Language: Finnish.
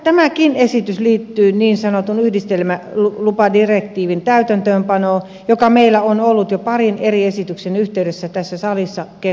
tämäkin esitys liittyy niin sanotun yh distelmälupadirektiivin täytäntöönpanoon joka meillä on ollut jo parin eri esityksen yhteydessä tässä salissa keskustelussa